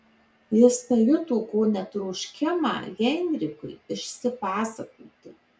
jis pajuto kone troškimą heinrichui išsipasakoti